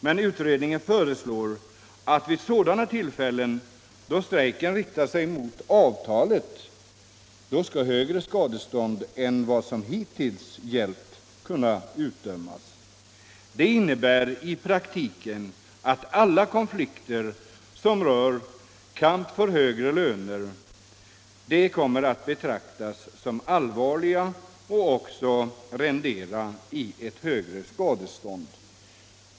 Men utredningen föreslår att vid sådana tillfällen då strejken riktar sig mot avtalet skall högre skadestånd än vad som hittills gällt kunna utdömas. Det innebär i praktiken att alla konflikter som gäller kamp för högre lön kommer att betraktas som allvarliga och också rendera ett högre skadestånd.